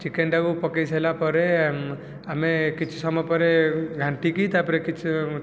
ଚିକେନଟାକୁ ପକେଇ ସାରିଲା ପରେ ଆମେ କିଛି ସମୟ ପରେ ଘାଣ୍ଟିକି ତାପରେ କିଛି